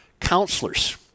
counselors